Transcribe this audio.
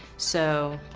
so,